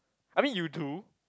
I mean you do